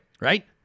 Right